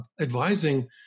advising